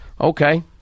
Okay